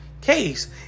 case